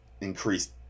increased